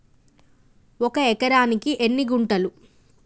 ఒక ఎకరానికి ఎన్ని గుంటలు?